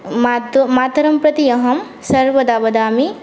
माता मातरं प्रति अहं सर्वदा वदामि